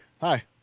Hi